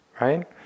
right